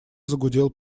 загудел